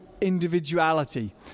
individuality